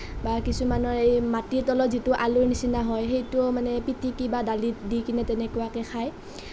বা কিছুমানৰ এই মাটিৰ তলত যিটো আলুৰ নিচিনা হয় সেইটো মানে পিটিকি বা দালিত দি কেনে খায়